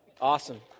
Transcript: Awesome